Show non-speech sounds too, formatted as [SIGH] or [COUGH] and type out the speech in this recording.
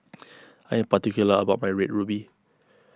[NOISE] I am particular about my Red Ruby